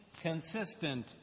Consistent